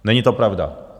Není to pravda.